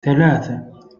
ثلاثة